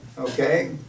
Okay